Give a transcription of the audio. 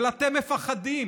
אבל אתם מפחדים.